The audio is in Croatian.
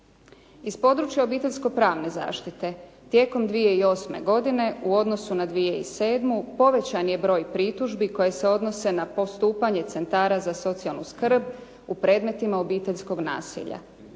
Iz područja obiteljsko pravne zaštite tijekom 2008. godine u odnosu na 2007. povećan je broj pritužbi koje se odnose na postupanje centara za socijalnu skrb u predmetima obiteljskog nasilja.